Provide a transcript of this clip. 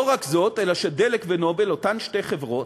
לא רק זאת, אלא ש"דלק" ו"נובל" אותן שתי חברות,